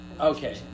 Okay